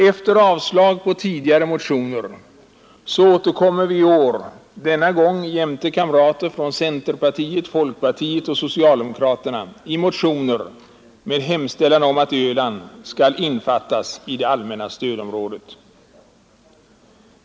Efter avslag på tidigare motioner återkommer vi i år — denna gång jämte kamrater från centerpartiet, folkpartiet och socialdemokraterna — i motioner med hemställan om att Öland skall innefattas i det allmänna stödområdet.